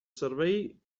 servei